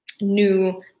new